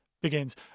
begins